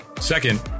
Second